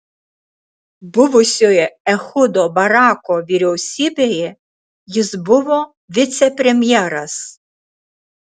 buvusioje ehudo barako vyriausybėje jis buvo vicepremjeras